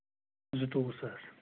زٕ تووُہ ساس